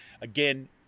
again